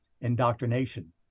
indoctrination